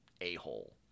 a-hole